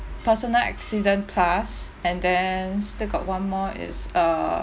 personal accident plus and then still got one more is a